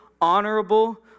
honorable